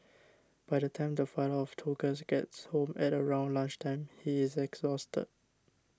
by the time the father of two girls gets home at around lunch time he is exhausted